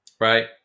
Right